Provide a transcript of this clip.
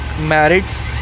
merits